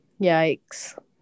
Yikes